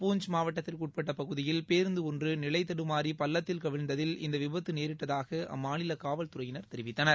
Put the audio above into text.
பூஞ்ச் மாவட்டத்திற்கு உட்பட்ட பகுதியில் பேருந்து ஒன்று நிலை தடுமாறி பள்ளத்தில் கவிழ்ந்ததில் இந்த விபத்து நேரிட்டதாக அம்மாநில காவல்துறையினர் தெரிவித்தனர்